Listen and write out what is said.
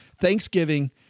Thanksgiving